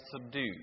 subdue